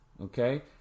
Okay